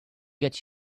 get